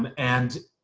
and and